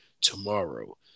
tomorrow